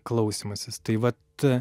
klausymasis tai vat